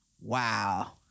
Wow